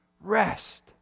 Rest